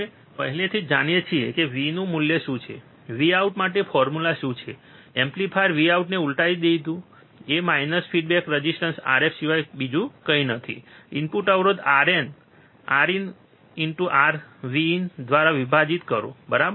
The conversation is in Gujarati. હવે આપણે પહેલાથી જ જાણીએ છીએ કે V નું મૂલ્ય શું છે Vout માટે ફોર્મ્યુલા શું છે એમ્પ્લીફાયર Vout ને ઉલટાવી દેવું એ માઇનસ ફિડબેક રેઝિસ્ટર Rf સિવાય બીજું કંઈ નથી ઇનપુટ અવરોધ Rin Vin દ્વારા વિભાજીત કરો બરાબર